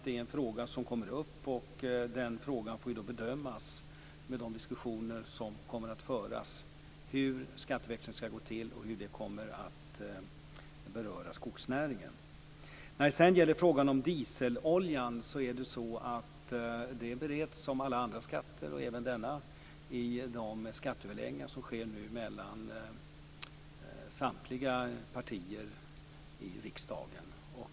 Det är en fråga som kommer upp, och det får bedömas i de diskussioner som kommer att föras hur en skatteväxling skall gå till och hur det kommer att beröra skogsnäringen. Frågan om dieseloljan bereds liksom alla andra skatter i de skatteöverläggningar som nu sker mellan samtliga partier i riksdagen.